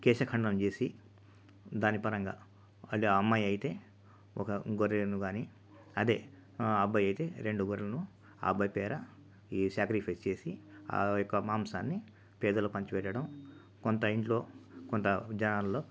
కేశఖండనం చేసి దాని పరంగా మళ్ళీ అమ్మాయితే ఒక గొర్రెను కానీ అదే అబ్బాయితే రెండు గొర్రెలను ఆ అబ్బాయి పేరు ఈ శాక్రిఫైస్ చేసి ఆ యొక్క మాంసాన్ని పేదలకు పంచి పెట్టడం కొంత ఇంట్లో కొంత జనాల్లో